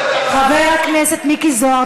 חבר הכנסת מיקי זוהר,